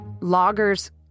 loggers